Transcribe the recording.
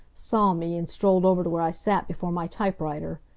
saw me, and strolled over to where i sat before my typewriter!